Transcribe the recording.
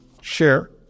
share